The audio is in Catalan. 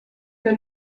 que